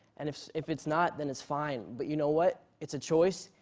and if if it's not then it's fine. but you know what? it's a choice.